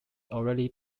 already